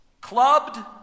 clubbed